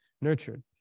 nurtured